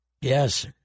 Yes